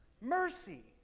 Mercy